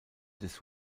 des